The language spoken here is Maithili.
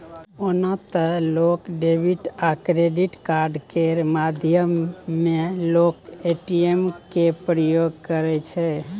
ओना तए लोक डेबिट आ क्रेडिट कार्ड केर माध्यमे लोक ए.टी.एम केर प्रयोग करै छै